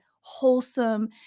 wholesome